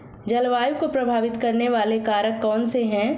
जलवायु को प्रभावित करने वाले कारक कौनसे हैं?